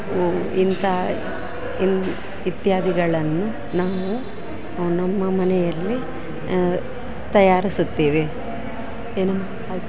ಹ್ಞೂ ಇಂಥಾ ಇನ್ನು ಇತ್ಯಾದಿಗಳನ್ನು ನಾವು ನಮ್ಮ ಮನೆಯಲ್ಲೇ ತಯಾರಿಸುತ್ತೇವೆ ಏನಮ್ಮ ಆಯ್ತ